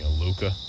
Luca